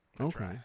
Okay